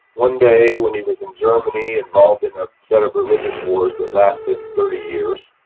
one day when he was in germany, involved in a set of religious wars that lasted thirty years,